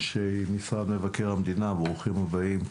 אנשי משרד מבקר המדינה, ברוכים הבאים.